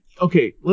okay